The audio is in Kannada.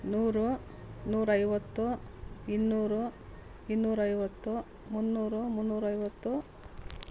ನೂರು ನೂರೈವತ್ತು ಇನ್ನೂರು ಇನ್ನೂರೈವತ್ತು ಮುನ್ನೂರು ಮುನ್ನೂರೈವತ್ತು